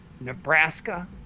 Nebraska